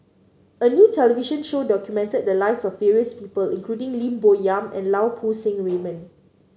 a new television show documented the lives of various people including Lim Bo Yam and Lau Poo Seng Raymond